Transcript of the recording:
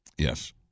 Yes